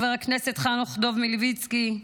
חבר הכנסת חנוך דב מלביצקי,